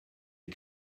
est